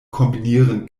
kombinieren